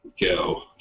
go